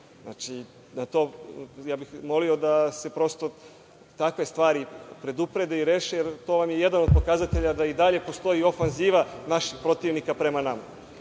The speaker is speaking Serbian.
Molio bih da se prosto takve stvari preduprede i reše, jer to je jedan od pokazatelja da postoji ofanziva naših protivnika prema